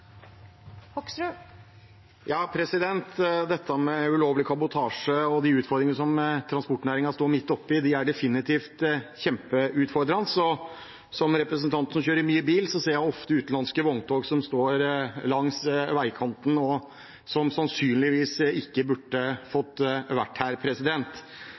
definitivt kjempeutfordrende, og som en representant som kjører mye bil, ser jeg ofte utenlandske vogntog som står langs veikanten og sannsynligvis ikke burde fått være her.